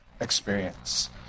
experience